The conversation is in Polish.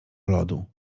lodu